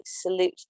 salute